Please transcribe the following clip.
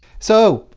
so,